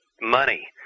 money